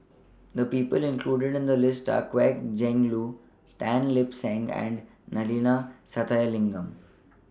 The People included in The list Are Kwek Leng Joo Tan Lip Seng and Neila Sathyalingam